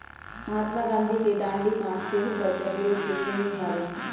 महात्मा गांधी के दांडी मार्च सेहो कर प्रतिरोध के श्रेणी में आबै छइ